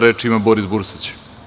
Reč ima Boris Bursać.